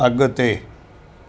अगि॒ते